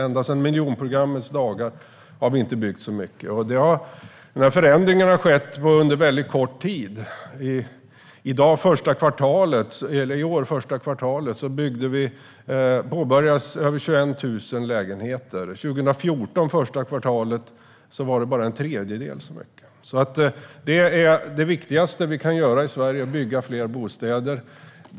Inte sedan miljonprogrammets dagar har vi byggt så mycket. Den här förändringen har skett på kort tid. Första kvartalet i år påbörjades byggandet av över 21 000 lägenheter. Första kvartalet 2014 var det en bara en tredjedel så många. Det är alltså det viktigaste vi kan göra i Sverige - att bygga fler bostäder.